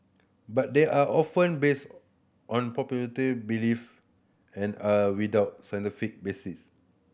but they are often based on popularity belief and are without scientific basis